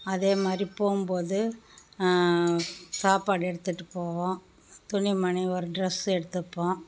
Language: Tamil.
அதே மாதிரி போகும்போது சாப்பாடு எடுத்துகிட்டு போவோம் துணி மணி ஒரு டிரஸ் எடுத்துப்போம்